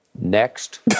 Next